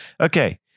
Okay